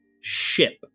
ship